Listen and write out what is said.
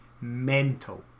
mental